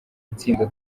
itsinda